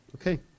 okay